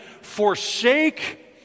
forsake